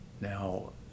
Now